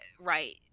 right